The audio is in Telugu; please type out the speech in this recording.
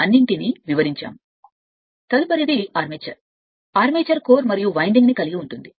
కాబట్టి తదుపరిది ఆర్మేచర్ ఆర్మేచర్ కోర్ మరియు వైండింగ్ కలిగి ఉంటుంది